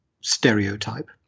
stereotype